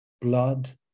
blood